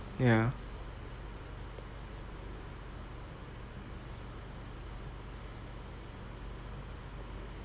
ya